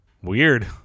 Weird